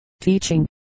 Teaching